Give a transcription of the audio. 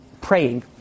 praying